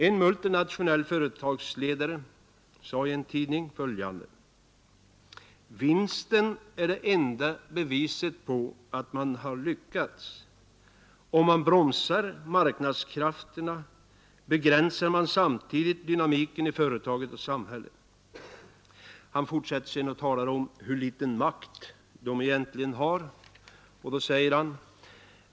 En multinationell företagsledare sade i en tidning följande: ”Vinsten är enda beviset på att man lyckats. Om man bromsar marknadskrafterna begränsar man samtidigt dynamiken i företaget och samhället.” Han fortsätter sedan och talar om hur liten makt ledarna för de internationella företagen egentligen har.